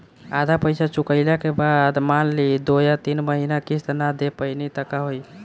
आधा पईसा चुकइला के बाद मान ली दो या तीन महिना किश्त ना दे पैनी त का होई?